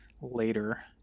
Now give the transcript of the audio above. later